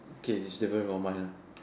okay is different won't mind lah